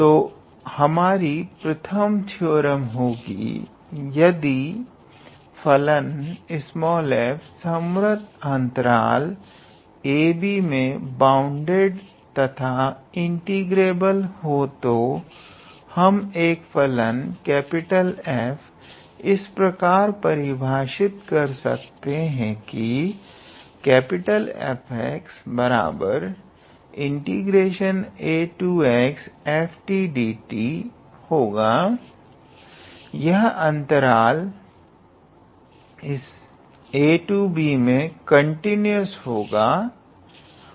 तो हमारी प्रथम थ्योरम होगी यदि एक फलन f संवर्त अंतराल ab में बाउंडेड तथा इंटीग्रेबल हो तो हम एक फलन F इस प्रकार परिभाषित कर सकते हैं कि Fxaxftdt यह अंतराल ab मे कंटीन्यूअस होगा